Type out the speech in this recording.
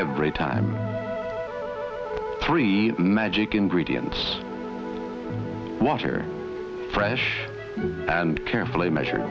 every time three magic ingredients water fresh and carefully measure